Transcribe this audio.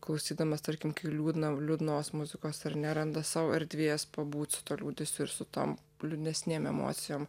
klausydamas tarkim liūdna liūdnos muzikos ar neranda sau erdvės pabūt su tuo liūdesiu ir su tom liūdnesnėm emocijom